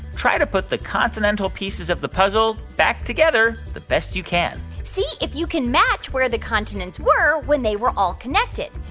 try to put the continental pieces of the puzzle back together the best you can see if you can match where the continents were when they were all connected.